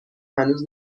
هنوز